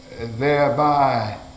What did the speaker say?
thereby